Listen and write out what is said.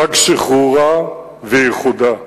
חג שחרורה ואיחודה.